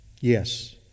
Yes